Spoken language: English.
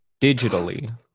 digitally